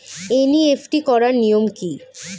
NEFT করার নিয়ম কী?